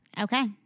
okay